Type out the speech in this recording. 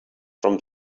from